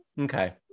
Okay